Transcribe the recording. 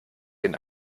den